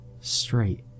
straight